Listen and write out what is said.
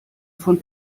von